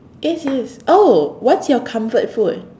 yes it is oh what's your comfort food